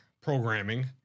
programming